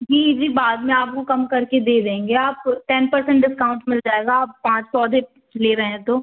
जी जी बाद में आपको कम कर के दे देंगे आपको टेन पर्सेंट डिस्काउंट मिल जाएगा आप पाँच पौधे ले रहें तो